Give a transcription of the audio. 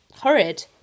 Horrid